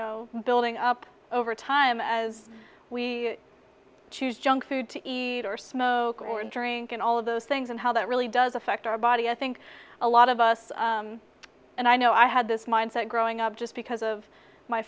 know building up over time as we choose junk food to eat or smoke or drink and all of those things and how that really does affect our body i think a lot of us and i know i had this mindset growing up just because of my